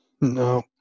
No